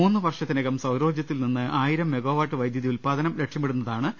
മൂന്ന് വർഷത്തിനകം സൌരോർജ്ജത്തിൽ നിന്ന് ആയിരം മെഗാവാട്ട് വൈദ്യുതി ഉൽപാദനം ലക്ഷ്യമിടുന്നതാണ് സൌരപ ദ്ധതി